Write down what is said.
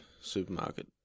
Supermarket